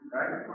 Right